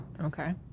Okay